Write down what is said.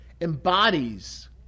embodies